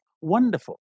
Wonderful